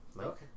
Okay